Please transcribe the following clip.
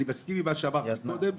אני מסכים עם מה שאמרת מקודם,